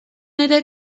ere